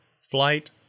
flight